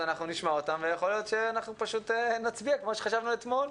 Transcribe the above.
אז אנחנו נשמע אותם ויכול להיות שאנחנו פשוט נצביע כמו שחשבנו אתמול.